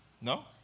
No